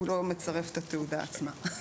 הוא לא מצרף את התעודה עצמה.